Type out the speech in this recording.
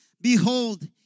Behold